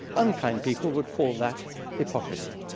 unkind people would call that hypocrisy.